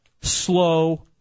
slow